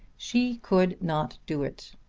she could not do it.